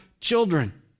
children